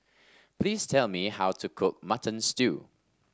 please tell me how to cook Mutton Stew